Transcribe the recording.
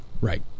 right